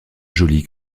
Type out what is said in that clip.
joly